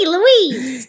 Louise